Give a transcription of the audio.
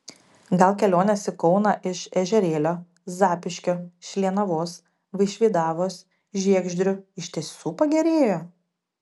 gal kelionės į kauną iš ežerėlio zapyškio šlienavos vaišvydavos žiegždrių iš tiesų pagerėjo